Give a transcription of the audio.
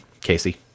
Casey